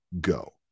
go